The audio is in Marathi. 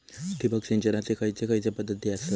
ठिबक सिंचनाचे खैयचे खैयचे पध्दती आसत?